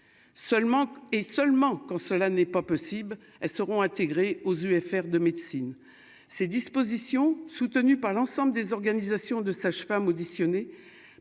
et seulement quand cela n'est pas possible, elles seront intégrées aux UFR de médecine ces dispositions, soutenu par l'ensemble des organisations de sages-femmes auditionné